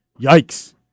Yikes